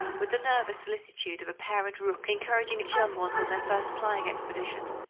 with the nervous solicitude of a parent rook encouraging its young ones on their first flying expedition.